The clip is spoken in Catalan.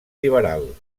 liberal